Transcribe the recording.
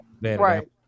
Right